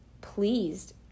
pleased